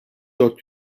dört